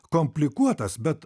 komplikuotas bet